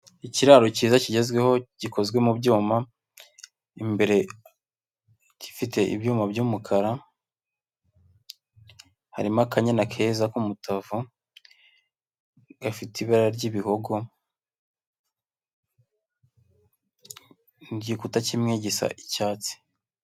Ikiraro kiza kigezweho gikozwe mu byuma, imbere gifite ibyuma by'umukara, harimo akanya keza k'umutavu gafite ibara ry'ibiho igikuta kimwe gisa icyatsi.